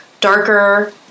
darker